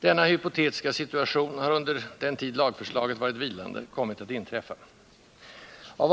Denna hypotetiska situation har under den tid lagförslaget varit vilande kommit att inträffa.